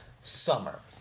Summer